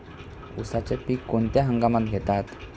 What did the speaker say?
उसाचे पीक कोणत्या हंगामात घेतात?